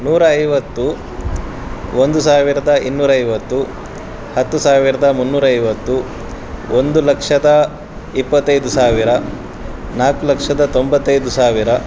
ನೂರ ಐವತ್ತು ಒಂದು ಸಾವಿರದ ಇನ್ನೂರೈವತ್ತು ಹತ್ತು ಸಾವಿರದ ಮುನ್ನೂರೈವತ್ತು ಒಂದು ಲಕ್ಷದ ಇಪ್ಪತ್ತೈದು ಸಾವಿರ ನಾಲ್ಕು ಲಕ್ಷದ ತೊಂಬತ್ತೈದು ಸಾವಿರ